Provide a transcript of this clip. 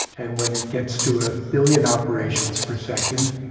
and when it gets to a billion operations per second,